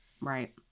Right